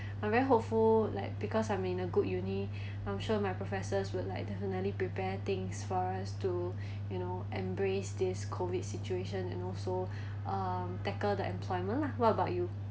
I'm very hopeful like because I'm in a good uni I'm sure my professors would like definitely prepared things for us to you know embrace this COVID situation and also um tackle the employment lah what about you